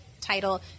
title